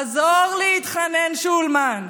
עזור לי, התחנן שולמן.